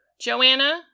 Joanna